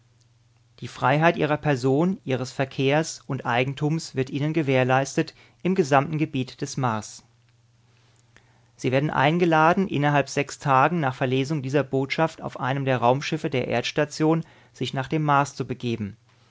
die freiheit ihrer person ihres verkehrs und eigentums wird ihnen gewährleistet im gesamten gebiet des mars sie werden eingeladen innerhalb sechs tagen nach verlesung dieser botschaft auf einem der raumschiffe der erdstation sich nach dem mars zu begeben